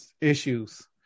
issues